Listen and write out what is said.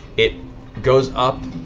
it goes up,